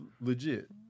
legit